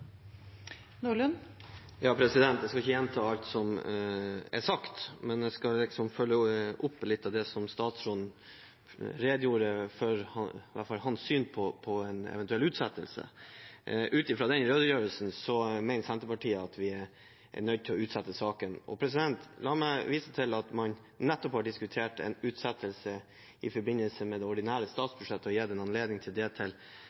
sagt, men jeg skal følge opp litt av det som statsråden redegjorde for når det gjelder hans syn på en eventuell utsettelse. Ut fra den redegjørelsen mener Senterpartiet at vi er nødt til å utsette saken. La meg vise til at man nettopp har diskutert en utsettelse i forbindelse med det ordinære statsbudsjettet og gitt en anledning til det, for så vidt, til